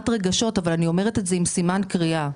עם סימן קריאה,